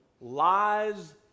lies